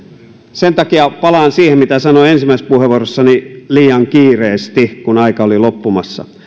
sen takia palaan siihen mitä sanoin ensimmäisessä puheenvuorossani liian kiireesti kun aika oli loppumassa